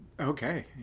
Okay